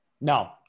No